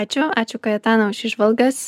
ačiū ačiū kaetana už įžvalgas